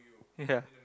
ya